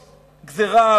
גזירה,